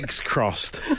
crossed